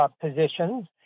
positions